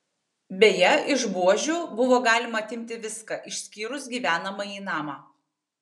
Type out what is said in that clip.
beje iš buožių buvo galima atimti viską išskyrus gyvenamąjį namą